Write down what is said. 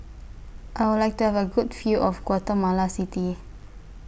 I Would like to Have A Good View of Guatemala City